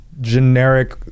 generic